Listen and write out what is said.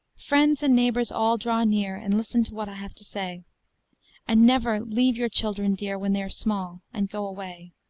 friends and neighbors all draw near, and listen to what i have to say and never leave your children dear when they are small, and go away.